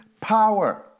power